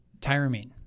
tyramine